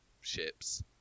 ships